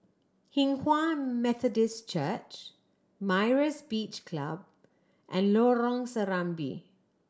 Hinghwa Methodist Church Myra's Beach Club and Lorong Serambi